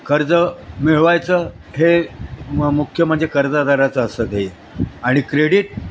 कर्ज मिळवायचं हे म मुख्य म्हणजे कर्जदाराचं असतं ते आणि क्रेडीट